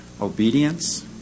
obedience